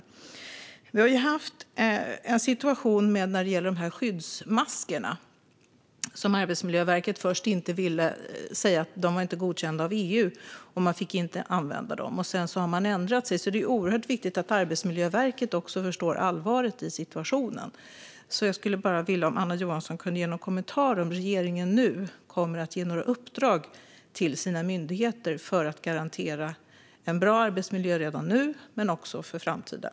Vi har ju haft en situation när det gäller skyddsmaskerna. Arbetsmiljöverket sa först att de inte var godkända av EU och därför inte fick användas. Sedan har man ändrat sig. Det är oerhört viktigt att Arbetsmiljöverket förstår allvaret i situationen. Jag undrar om Anna Johansson kan säga om regeringen kommer att ge några uppdrag till sina myndigheter nu för att garantera en bra arbetsmiljö redan nu men också för framtiden.